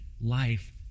life